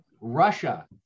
Russia